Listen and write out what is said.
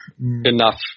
enough